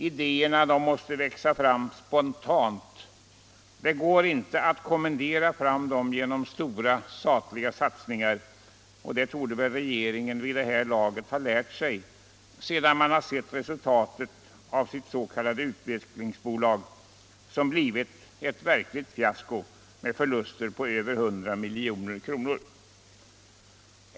Idéerna måste växa fram spontant. Det går inte att kommendera fram dem genom stora statliga satsningar. Det borde regeringen vid det här laget ha lärt sig, sedan man sett resultatet av sitt s.k. utvecklingsbolag, som har blivit ett verkligt fiasko med förluster på över 100 milj.kr.